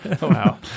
Wow